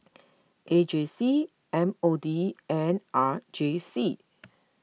A J C M O D and R J C